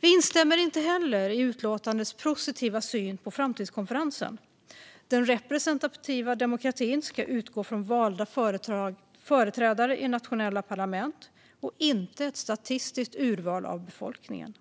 Vi instämmer inte heller i den positiva synen i utlåtandet på framtidskonferensen. Den representativa demokratin ska utgå från valda företrädare i nationella parlament och inte ett statistiskt urval av befolkningen.